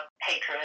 hatred